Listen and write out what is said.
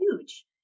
Huge